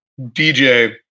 DJ